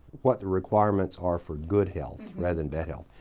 what the requirements are for good health rather than bad health.